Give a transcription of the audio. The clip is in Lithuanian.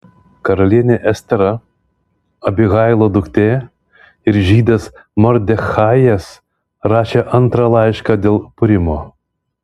karalienė estera abihailo duktė ir žydas mordechajas rašė antrą laišką dėl purimo